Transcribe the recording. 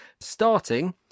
starting